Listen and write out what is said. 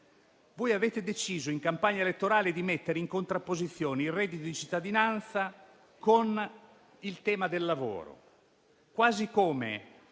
Voi avete deciso, in campagna elettorale, di mettere in contrapposizione il reddito di cittadinanza con il tema del lavoro. Come